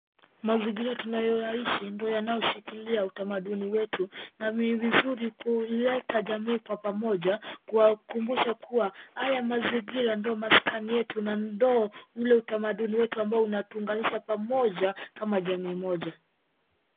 Mazingira tunayoyaishi ndo yanayoshikilia utamaduni wetu na ni vizuri kuleta jamii kwa pamoja kuwakumbusha kuwa haya mazingira ndio maskani yetu na ndo ule utamaduni wetu ambao unatuunganisha pamoja kama jamii moja.